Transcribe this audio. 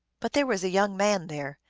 but there was a young man there,